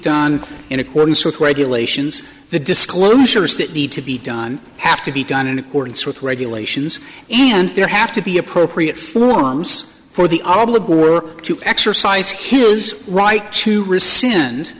done in accordance with regulations the disclosures that need to be done have to be done in accordance with regulations and there have to be appropriate forms for the obligate work to exercise his right to rescind